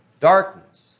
darkness